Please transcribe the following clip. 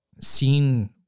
seen